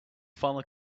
final